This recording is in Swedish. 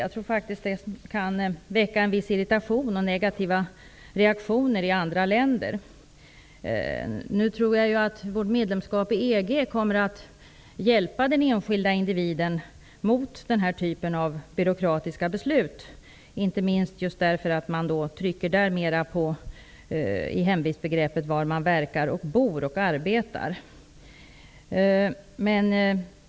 Det kan väcka en viss irritation och negativa reaktioner i andra länder. Nu tror jag att vårt medlemskap i EG kommer att hjälpa den enskilde individen mot den här typen av byråkratiska beslut, inte minst därför att man där i hemvistbegreppet mer betonar betydelsen av var den enskilde verkar, arbetar och bor.